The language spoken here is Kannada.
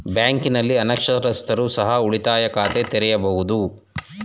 ಬ್ಯಾಂಕಿನಲ್ಲಿ ಅನಕ್ಷರಸ್ಥರು ಸಹ ಉಳಿತಾಯ ಖಾತೆ ತೆರೆಯಬಹುದು?